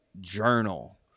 journal